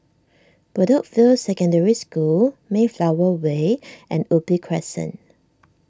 Bedok View Secondary School Mayflower Way and Ubi Crescent